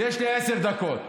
יש לי עשר דקות.